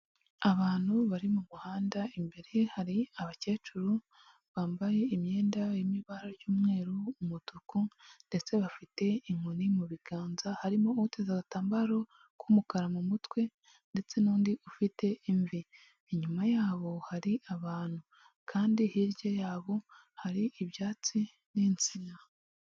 Abantu bari mu muhanda imbere ye hari abakecuru bambaye imyenda y'ibara ry'umweru umutuku ndetse bafite inkoni mu biganza harimo uteza agatambaro k'umukara mu mutwe ndetse n'undi ufite imvi inyuma yabo hari abantu kandi hirya yabo hari ibyatsi n'insina.